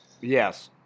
Yes